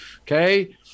okay